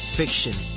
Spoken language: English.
fiction